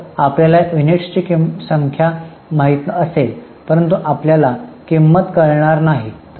तर आपल्याला युनिट्सची संख्या माहित असेल परंतु आपल्याला किंमत कळणार नाही